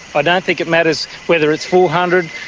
i don't think it matters whether its four hundred,